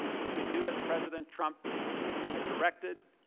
we could do as president trump had directed